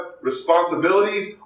responsibilities